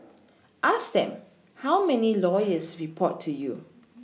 ask them how many lawyers report to you